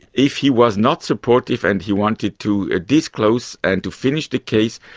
if he was not supportive and he wanted to disclose and to finish the case,